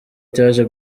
cyaje